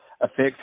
affects